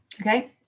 Okay